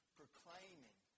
proclaiming